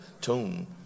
tune